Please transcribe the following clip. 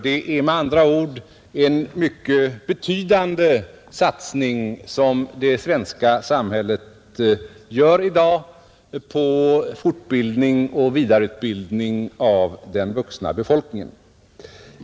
Det är med andra ord en mycket betydande satsning som det svenska samhället gör i dag på fortbildning och vidareutbildning av den vuxna befolkningen.